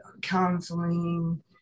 counseling